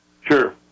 Sure